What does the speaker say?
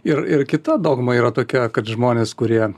ir ir kita dogma yra tokia kad žmonės kurie